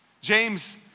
James